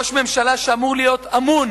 ראש ממשלה שאמור להיות אמון